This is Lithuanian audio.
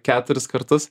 keturis kartus